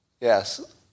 Yes